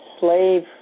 slave